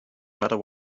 matter